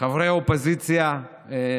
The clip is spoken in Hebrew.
חברי האופוזיציה,